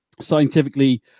scientifically